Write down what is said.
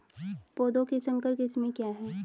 पौधों की संकर किस्में क्या हैं?